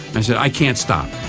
and said, i can't stop.